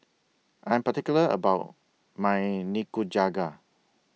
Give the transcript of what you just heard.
I Am particular about My Nikujaga